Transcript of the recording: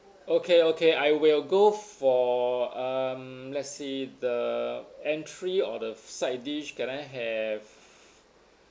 okay okay I will go for um let's see the entry or the side dish can I have